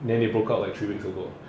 then they broke up like three weeks ago